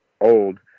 old